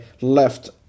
left